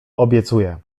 obiecuję